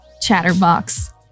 Chatterbox